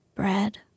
Bread